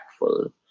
impactful